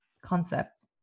concept